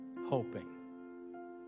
hoping